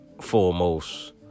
foremost